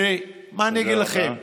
שמה אני אגיד לכם,